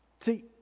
See